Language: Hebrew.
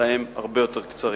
אלא הם הרבה יותר קצרים.